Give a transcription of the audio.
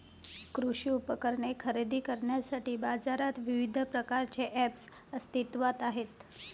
कृषी उपकरणे खरेदी करण्यासाठी बाजारात विविध प्रकारचे ऐप्स अस्तित्त्वात आहेत